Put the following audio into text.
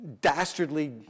dastardly